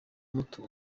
muto